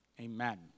Amen